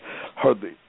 hardly